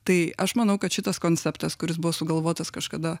tai aš manau kad šitas konceptas kuris buvo sugalvotas kažkada